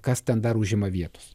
kas ten dar užima vietos